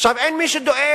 עכשיו אין מי שדואג.